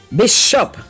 bishop